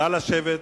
נא לשבת.